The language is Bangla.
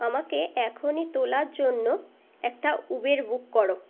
আমাকে এখনই তোলার জন্য একটা উবের বুক করো